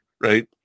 right